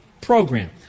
program